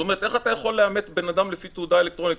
איך אתה יכול לאמת בן-אדם לפי תעודה אלקטרונית.